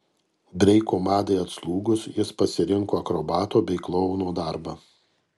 breiko madai atslūgus jis pasirinko akrobato bei klouno darbą